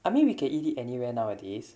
I mean we can eat it anywhere nowadays